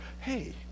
hey